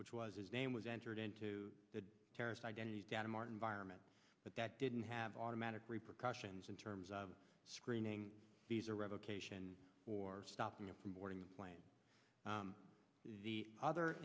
which was his name was entered into the terrorist identities datamart environment but that didn't have automatic repercussions in terms of screening these are revocation or stopping him from boarding the plane the other